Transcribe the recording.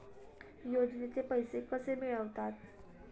योजनेचे पैसे कसे मिळतात?